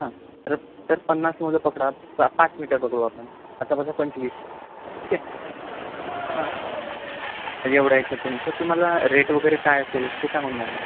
हा तर पन्नास मुलं पकडा पाच मीटर पकडू आपण पाचा पाचा पंचवीस ठीक आहे हा एवढ्या याच्यातून तर तुम्हाला रेट वगैरे काय असेल ते सांगून द्या ना मग